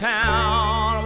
town